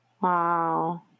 Wow